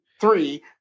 three